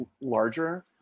larger